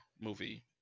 movie